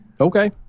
okay